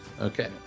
Okay